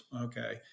okay